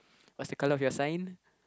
what's the color of your sign